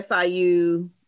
SIU